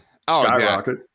skyrocket